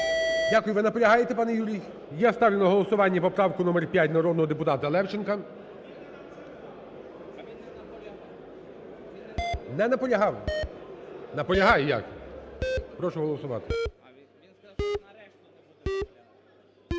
Дякую. Ви наполягаєте, пане Юрій? Я ставлю на голосування поправку номер 5 народного депутата Левченка. Не наполягав? Наполягає. Прошу голосувати.